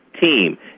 team